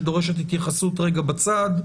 שדורשת התייחסות רגע בצד,